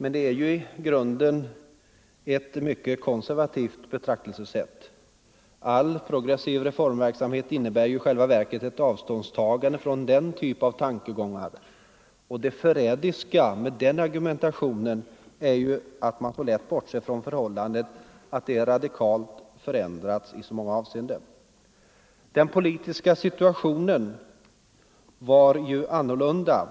Men det är ju i grunden ett mycket konservativt betraktelsesätt. All progressiv reformverksamhet innebär i själva verket ett avståndstagande från den typen av tankegångar, och det förrädiska med den argumentationen är ju också att man så lätt bortser från att förhållandena radikalt förändrats i många avseenden. Den politiska situationen var ju annorlunda